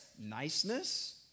niceness